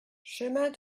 chemin